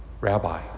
Rabbi